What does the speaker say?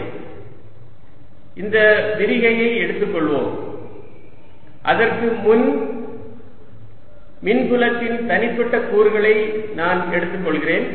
Exyz14π0qr rr r3 இந்த விரிகையை எடுத்துக்கொள்வோம் அதற்கு முன் மின் புலத்தின் தனிப்பட்ட கூறுகளை நான் எழுதிக் கொள்கிறேன்